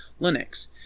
Linux